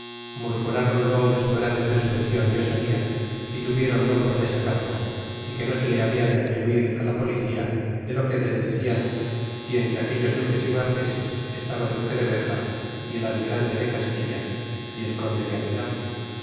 salva murmurronlo de su grande presuncion y osadia y tuviéronlo por desacato y que no se le habla de atribuir la policía de lo que dé declan y entre aquellos duques y marqueses estaba el duque de bejar y el almirante de castilla y el conde de aguilar